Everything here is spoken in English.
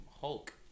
Hulk